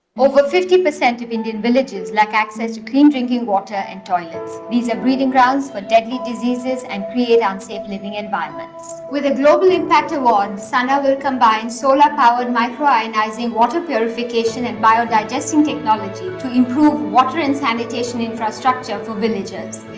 over fifty percent of indian villages lack access to clean drinking water and toilets. these are breeding grounds for deadly diseases and create unsafe living environments. with a global impact award, sana will combine solar-powered microionizing water purification and biodigesting technology to improve water and sanitation infrastructure for villages.